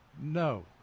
No